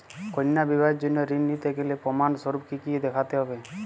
কন্যার বিবাহের জন্য ঋণ নিতে গেলে প্রমাণ স্বরূপ কী কী দেখাতে হবে?